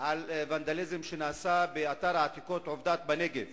על ונדליזם שנעשה באתר העתיקות עבדת בנגב,